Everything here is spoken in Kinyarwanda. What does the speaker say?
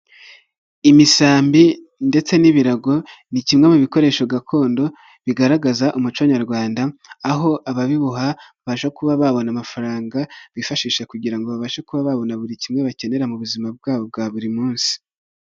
Imisambi ndetse n'ibirago, ni kimwe mu bikoresho gakondo, bigaragaza umuco nyarwanda, aho ababibuha, babasha kuba babona amafaranga, bifashisha kugira ngo babashe kuba babona buri kimwe bakenera mu buzima bwabo bwa buri munsi.